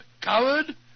coward